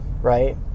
Right